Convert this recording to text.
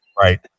Right